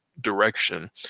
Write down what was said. direction